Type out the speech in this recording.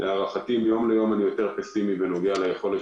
מיום ליום אני יותר פסימי לגבי היכולת